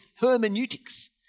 hermeneutics